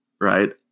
right